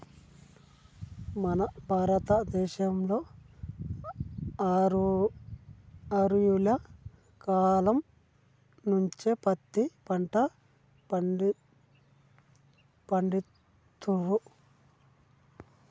మన భారత దేశంలో ఆర్యుల కాలం నుంచే పత్తి పంట పండిత్తుర్రు